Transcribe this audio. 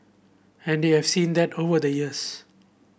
and we've seen that over the years